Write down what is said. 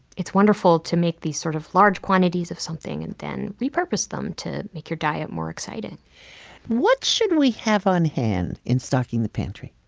it's wonderful to make these sort of large quantities of something and then repurpose them to make your diet more exciting what should we have on-hand in stocking the pantry?